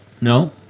no